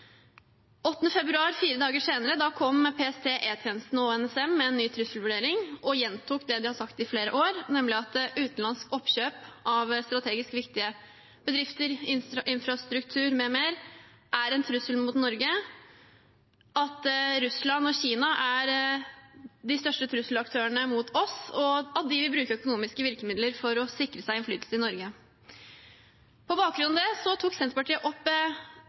februar, fire dager senere, kom PST, E-tjenesten og NSM med en ny trusselvurdering og gjentok det de hadde sagt i flere år, nemlig at utenlandsk oppkjøp av strategisk viktige bedrifter, infrastruktur m.m. er en trussel mot Norge, at Russland og Kina er de største trusselaktørene for oss, og at de vil bruke økonomiske virkemidler for å sikre seg innflytelse i Norge. På bakgrunn av det tok Senterpartiet opp